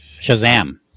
Shazam